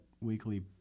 Weekly